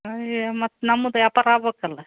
ಅಯ್ಯೋ ಮತ್ತೆ ನಮ್ದು ವ್ಯಾಪಾರ ಆಗ್ಬೇಕಲ್ಲ